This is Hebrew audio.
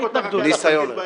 רואים את השפיטה היום,